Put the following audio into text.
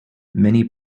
many